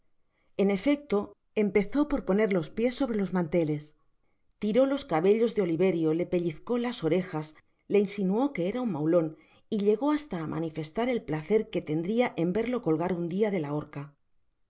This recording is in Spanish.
en efecto empezó por poner los piés sobre los manteles tiró los cabellos'de oliverio le pellizcó las orejas le insinuó que era un maulon y llegó liasla á manifestar el placer que tendria en verlo colgar un dia de la horca